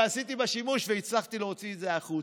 ועשיתי בה שימוש והצלחתי להוציא את זה החוצה.